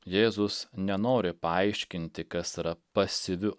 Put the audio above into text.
jėzus nenori paaiškinti kas yra pasyviu